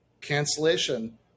cancellation